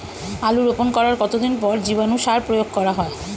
আলু রোপণ করার কতদিন পর জীবাণু সার প্রয়োগ করা হয়?